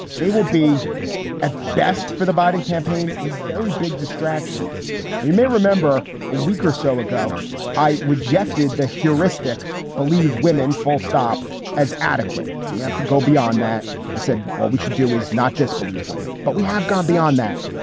they will be at best for the biden campaign a very big distraction you may remember a week or so ago i rejected the heuristic believe women fullstop as adequate. we have to go beyond that. i said all we should do is not disbelieve women, but we have gone beyond that.